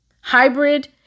hybrid